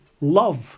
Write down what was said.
love